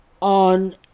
on